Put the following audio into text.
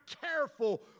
careful